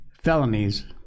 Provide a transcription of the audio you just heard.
felonies